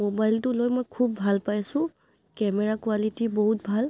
মোবাইলটো লৈ মই খুব ভাল পাইছোঁ কেমেৰা কোৱালিটি বহুত ভাল